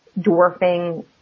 dwarfing